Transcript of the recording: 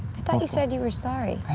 thought you said you were sorry. i